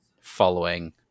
following